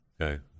Okay